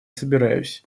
собираюсь